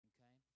Okay